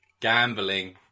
Gambling